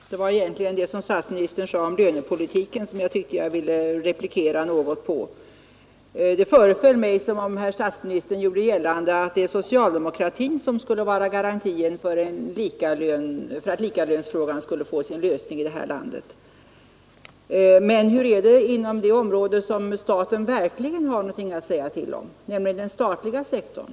Herr talman! Det var egentligen det som statsministern sade om lönepolitiken som jag tyckte att jag ville replikera på. Det föreföll mig som om herr statsministern gjorde gällande att det är socialdemokratin som skulle vara garantin för att likalönsfrågan skulle få sin lösning i det här landet. Men hur är det inom det område där staten verkligen har någonting att säga till om, nämligen den statliga sektorn?